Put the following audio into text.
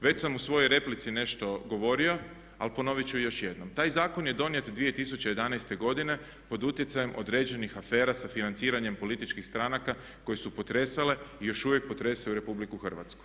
Već sam u svojoj replici nešto govorio, ali ponovit ću još jednom, taj zakon je donijet 2011. godine pod utjecajem određenih afera sa financiranjem političkih stranaka koje su potresale i još uvijek potresaju RH.